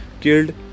killed